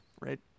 right